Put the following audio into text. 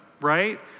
right